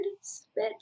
spit